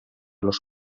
los